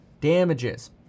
damages